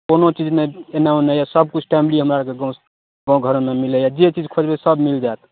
कोनो चीज नहि एन्ने ओन्ने यऽ सबकिछु टाइमली हमरा आओरके गाम गामघरमे मिलैए जे चीज खोजबै सब मिलि जाएत